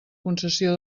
concessió